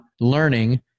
learning